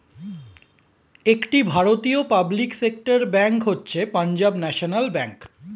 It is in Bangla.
একটি ভারতীয় পাবলিক সেক্টর ব্যাঙ্ক হচ্ছে পাঞ্জাব ন্যাশনাল ব্যাঙ্ক